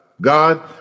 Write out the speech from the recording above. God